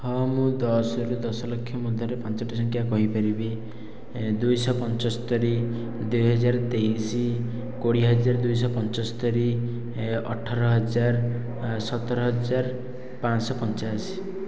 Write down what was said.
ହଁ ମୁଁ ଦଶ ରୁ ଦଶ ଲକ୍ଷ ମଧ୍ୟରେ ପାଞ୍ଚଟି ସଂଖ୍ୟା କହିପାରିବି ଦୁଇ ଶହ ପଞ୍ଚସ୍ତରୀ ଦୁଇ ହଜାର ତେଇଶ କୋଡ଼ିଏ ହଜାର ଦୁଇ ଶହ ପଞ୍ଚସ୍ତରୀ ଅଠର ହଜାର ସତର ହଜାର ପାଞ୍ଚଶହ ପଞ୍ଚାଅଶୀ